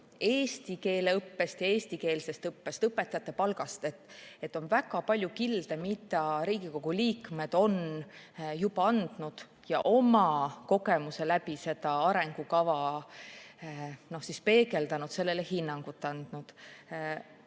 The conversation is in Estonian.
eesti keele õppest ja eestikeelsest õppest ning õpetajate palgast. Väga palju kilde on Riigikogu liikmed juba andnud, oma kogemuse läbi seda arengukava peegeldanud ja sellele hinnangut andnud.